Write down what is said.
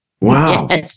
Wow